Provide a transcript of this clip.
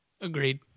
Agreed